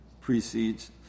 precedes